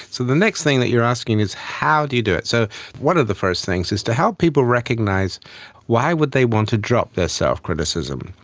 so the next thing that you're asking is how do you do it? so one of the first things is to help people recognise why would they want to drop their self-criticism.